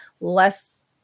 less